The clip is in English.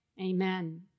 Amen